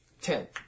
ten